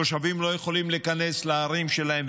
תושבים לא יכולים להיכנס לערים שלהם,